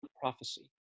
prophecy